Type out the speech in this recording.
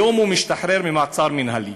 היום הוא משתחרר ממעצר מינהלי.